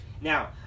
Now